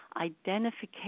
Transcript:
Identification